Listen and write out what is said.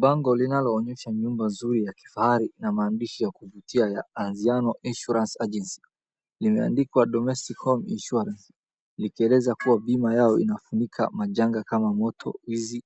Bango linalo onyesha nyumba nzuri ya kifahari ina maandishi ya kuvutia ya Aziano Insuarance Agency, imeandikwa domestic home insuarance likieleza kuwa bima yao inafunika majanga kama moto, wizi